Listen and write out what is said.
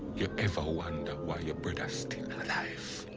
you ever wonder why your brother still alive?